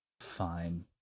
Fine